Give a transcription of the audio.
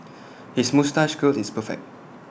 his moustache curl is perfect